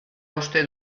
uste